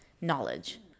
knowledge